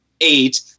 eight